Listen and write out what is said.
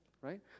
right